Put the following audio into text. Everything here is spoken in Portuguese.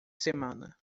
semana